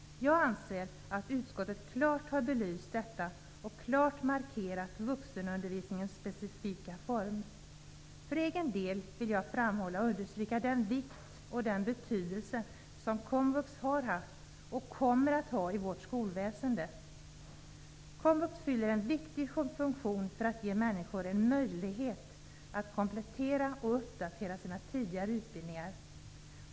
Jag anser att utskottet klart har belyst detta och klart belyst vuxenundervisningens specifika former. För egen del vill jag framhålla och understryka den vikt och den betydelse som komvux har haft och kommer att ha i vårt skolväsende. Komvux fyller en viktig funktion för att ge människor en möjlighet att komplettera och uppdatera sina tidigare utbildningar.